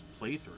playthrough